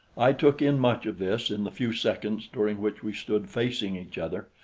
i took in much of this in the few seconds during which we stood facing each other,